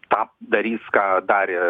tą darys ką darė